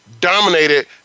dominated